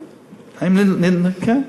כן.